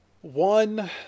One